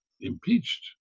impeached